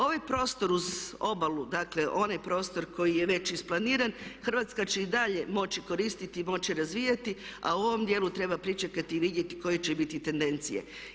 Ovaj prostor uz obalu, dakle onaj prostor koji je već isplaniran, Hrvatska će i dalje moći koristiti i moći razvijati a u ovom dijelu treba pričekati i vidjeti koje će biti tendencije.